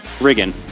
Riggin